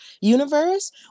universe